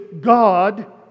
God